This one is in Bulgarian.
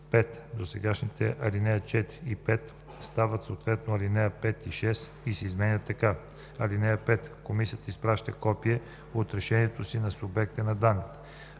5. Досегашните ал. 4 и 5 стават съответно ал. 5 и 6 и се изменят така: „(5) Комисията изпраща копие от решението си и на субекта на данните.